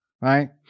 right